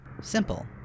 Simple